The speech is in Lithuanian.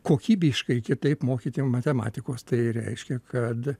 kokybiškai kitaip mokyti matematikos tai reiškia kad